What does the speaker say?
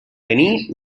venir